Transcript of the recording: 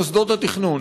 למוסדות התכנון.